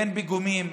בין פיגומים,